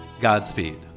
Godspeed